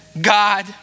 God